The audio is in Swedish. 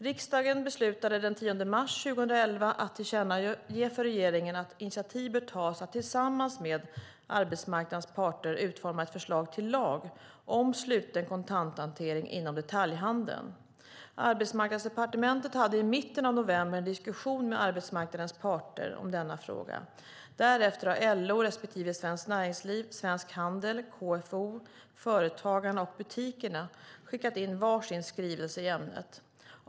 Riksdagen beslutade den 10 mars 2011 att tillkännage för regeringen att initiativ bör tas att tillsammans med arbetsmarknadens parter utforma ett förslag till lag om sluten kontanthantering inom detaljhandeln. Arbetsmarknadsdepartementet hade i mitten av november en diskussion med arbetsmarknadens parter om denna fråga. Därefter har LO respektive Svenskt Näringsliv, Svensk Handel, KFO, Företagarna och Butikerna skickat in var sin skrivelse i ämnet.